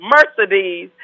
Mercedes